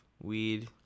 weed